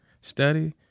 study